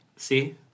See